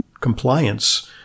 compliance